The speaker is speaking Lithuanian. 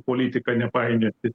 politika nepainioti